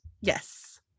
yes